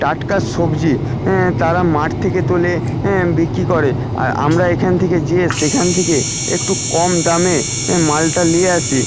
টাটকা সবজি তারা মাঠ থেকে তোলে বিক্রি করে আর আমরা এখান থেকে যেয়ে সেখান থেকে একটু কম দামে মালটা লিয়ে আসি